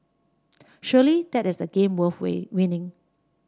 surely that is the game worth win winning